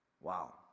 Wow